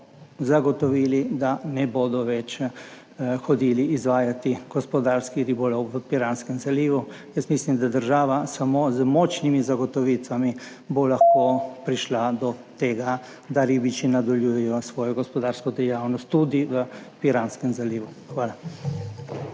zagotovili, da ne bodo več izvajali gospodarskega ribolova v Piranskem zalivu. Jaz mislim, da bo država samo z močnimi zagotovitvami lahko prišla do tega, da bodo ribiči nadaljevali svojo gospodarsko dejavnost tudi v Piranskem zalivu. Hvala.